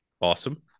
Awesome